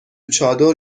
چادر